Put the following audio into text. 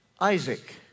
Isaac